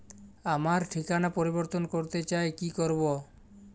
আমার ঠিকানা পরিবর্তন করতে চাই কী করব?